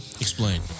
Explain